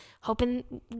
hoping